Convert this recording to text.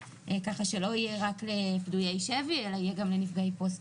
ככה שלא יהיה רק לפדויי שבי אלא יהיה גם לנפגעי פוסט